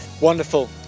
Wonderful